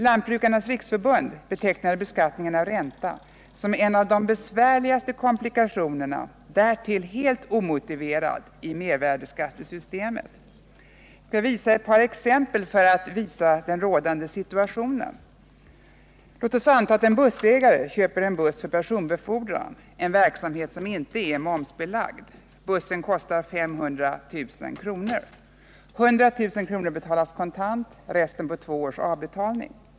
Lantbrukarnas riksförbund betecknade 83 beskattningen av ränta som en av de besvärligaste komplikationerna — därtill helt omotiverad — i mervärdeskattesystemet. Jag tar ett par exempel för att visa den rådande situationen: Låt oss anta att en bussägare köper ytterligare en buss för personbefordran, en verksamhet som inte är momsbelagd. Bussen kostar 500 000 kr. 100 000 kr. betalas kontant, resten på två års avbetalning.